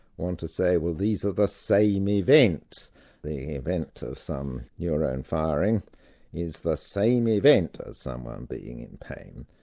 want to say, well, these are the same events the event of some neuron firing is the same event as someone um being in pain.